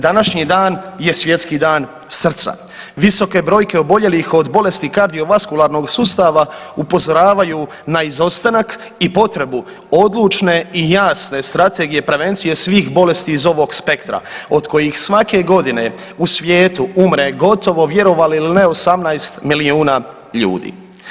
Današnji dan je Svjetski dan srca, visoke brojke oboljelih od bolesti kardiovaskularnog sustava upozoravaju na izostanak i potrebu odlučne i jasne strategije prevencije svih bolesti iz ovog spektra od kojih svake godine u svijetu gotovo vjerovali ili ne 18 milijuna ljudi.